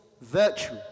virtue